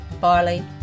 barley